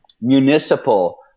municipal